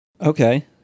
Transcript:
Okay